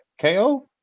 KO